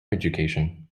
education